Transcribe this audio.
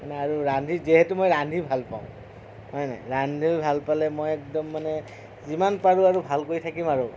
মানে আৰু ৰান্ধি যিহেতু মই ৰান্ধি ভাল পাওঁ হয়নে ৰান্ধি ভাল পালে মই একদম মানে যিমান পাৰোঁ আৰু ভালকৈ থাকিম আৰু